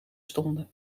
stonden